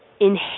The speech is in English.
inhale